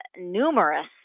numerous